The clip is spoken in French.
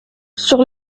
sur